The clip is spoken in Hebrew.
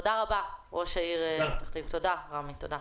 תודה רבה ראש העיר רמי גרינברג.